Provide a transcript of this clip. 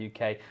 UK